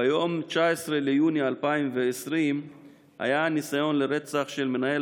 ביום 19 ביוני 2020 היה ניסיון לרצח של מנהל